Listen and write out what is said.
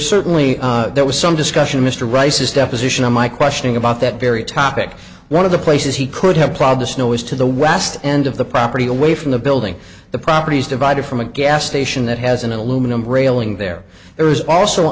certainly there was some discussion mr rice's deposition on my questioning about that very topic one of the places he could have plowed the snow was to the west end of the property away from the building the property is divided from a gas station that has an aluminum railing there it was also